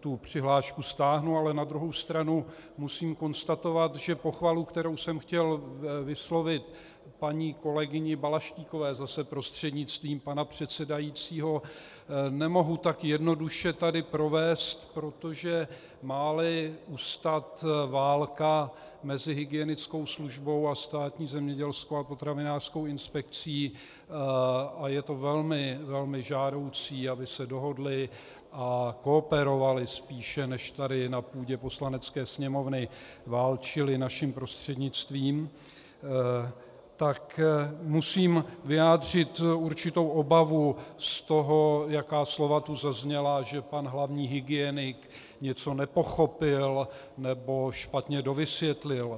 tu přihlášku stáhnu, ale na druhou stranu musím konstatovat, že pochvalu, kterou jsem chtěl vyslovit paní kolegyni Balaštíkové zase prostřednictvím pana předsedajícího, nemohu tak jednoduše tady provést, protože máli ustat válka mezi hygienickou službou a Státní zemědělskou a potravinářskou inspekcí, a je to velmi žádoucí, aby se dohodly a kooperovaly, spíše než tady na půdě Poslanecké sněmovny válčily naším prostřednictvím, tak musím vyjádřit určitou obavu z toho, jaká slova tu zazněla, že pan hlavní hygienik něco nepochopil nebo špatně dovysvětlil.